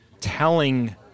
telling